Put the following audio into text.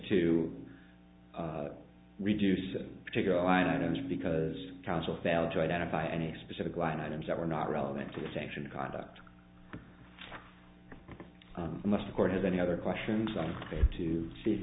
to reduce particular line items because counsel failed to identify any specific line items that were not relevant to the sanction conduct must the court has any other questions on to